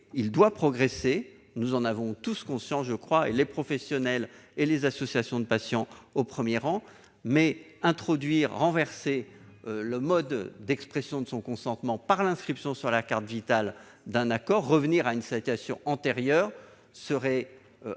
il doit progresser, nous en avons tous conscience, les professionnels et les associations de patients au premier chef, mais renverser le mode d'expression du consentement par l'inscription sur la carte Vitale d'un accord, donc revenir à une situation antérieure, serait